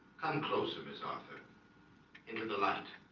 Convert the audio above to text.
come closer miss arthur into the light